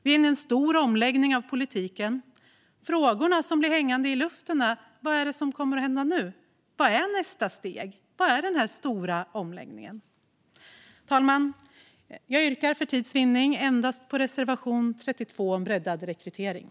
Vi är inne i en stor omläggning av politiken. Frågorna som blir hängande i luften är: Vad är det som kommer att hända nu? Vilket är nästa steg? Vad innebär den här stora omläggningen? Fru talman! Jag yrkar för tids vinnande bifall endast till reservation 32 om breddad rekrytering.